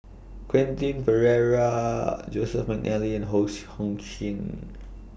Quentin Pereira Joseph Mcnally and Hose Hong Sing